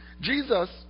Jesus